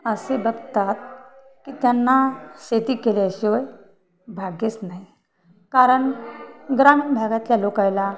असे बघतात की त्यांना शेती केल्याशिवाय भाग्यच नाही कारण ग्रामीण भागातल्या लोकायला